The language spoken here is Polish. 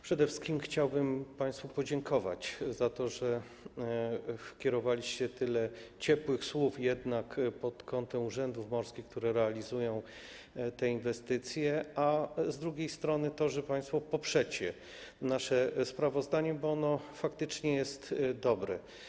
Przede wszystkim chciałbym państwu podziękować za to, że kierowaliście tyle ciepłych słów pod adresem urzędów morskich, które realizują te inwestycje, a z drugiej strony za to, że poprzecie państwo nasze sprawozdanie, bo ono faktycznie jest dobre.